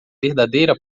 verdadeira